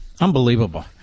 Unbelievable